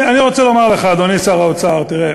אני רוצה לומר לך, אדוני שר האוצר, תראה,